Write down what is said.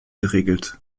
geregelt